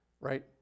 right